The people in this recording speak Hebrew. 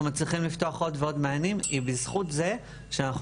מצליחים לפתוח עוד ועוד מענים וזה בזכות זה שאנחנו